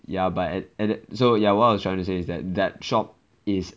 ya but at at that so ya what I was trying to say is that that shop is